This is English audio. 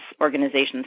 organizations